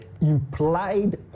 implied